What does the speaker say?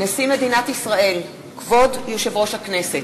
כבוד נשיא מדינת ישראל! כבוד יושב-ראש הכנסת!